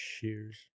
Cheers